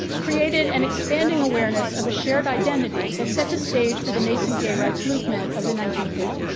created an expanding awareness of a shared identity that set the stage for the nation's gay rights movement of the nineteen fifty s.